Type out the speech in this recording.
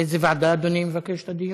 באיזו ועדה אדוני מבקש את הדיון?